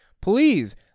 please